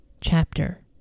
chapter